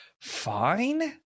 fine